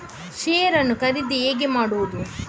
Share ನ್ನು ಖರೀದಿ ಹೇಗೆ ಮಾಡುವುದು?